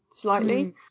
slightly